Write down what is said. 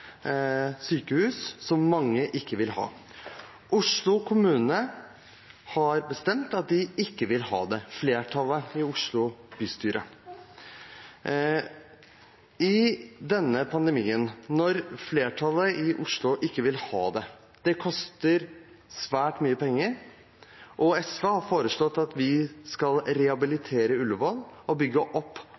sykehus som mange ikke vil ha. Oslo kommune har bestemt at de ikke vil ha det – flertallet i Oslo bystyre. Det er en pandemi, og flertallet i Oslo vil ikke ha det. Det koster svært mye penger. SV har foreslått at vi skal rehabilitere Ullevål og bygge opp